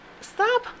Stop